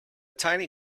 tiny